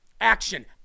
Action